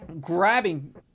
grabbing